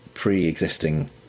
pre-existing